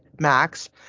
Max